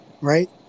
Right